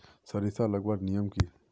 सरिसा लगवार नियम की?